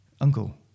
uncle